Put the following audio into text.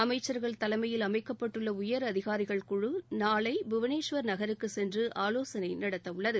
அமைச்சர்கள் தலைமையில் அமைக்கப்பட்டுள்ள உயர் அதிகாரிகள் குழு நாளை புவனேஷ்வர் நகருக்கு சென்று ஆலோசனை நடத்த உள்ளது